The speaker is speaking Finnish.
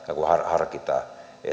harkita